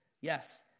Yes